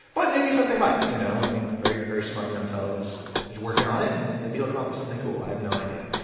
but maybe something might, you know, i mean, very, very smart young fellows is working on it. and maybe i'll come up with something cool. i have no idea.